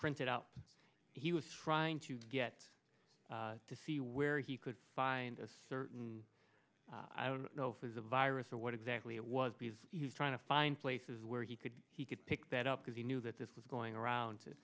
printed out he was trying to get to see where he could find a certain i don't know if it's a virus or what exactly it was trying to find places where he could he could pick that up because he knew that this was going around to